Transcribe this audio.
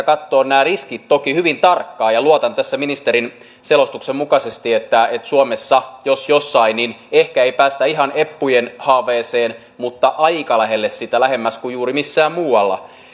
katsoa nämä riskit toki hyvin tarkkaan ja luotan tässä ministerin selostuksen mukaisesti siihen että suomessa jos jossain ehkä ei päästä ihan eppujen haaveeseen mutta aika lähelle sitä päästään lähemmäs kuin juuri missään muualla